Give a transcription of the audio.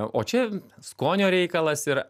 o čia skonio reikalas ir